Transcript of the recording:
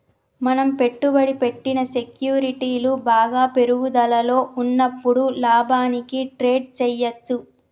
మనం పెట్టుబడి పెట్టిన సెక్యూరిటీలు బాగా పెరుగుదలలో ఉన్నప్పుడు లాభానికి ట్రేడ్ చేయ్యచ్చు